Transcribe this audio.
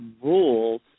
rules